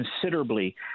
considerably